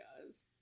guys